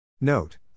Note